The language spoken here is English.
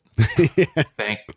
Thank